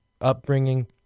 upbringing